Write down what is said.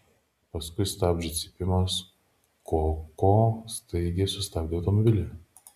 paskui stabdžių cypimas koko staigiai sustabdė automobilį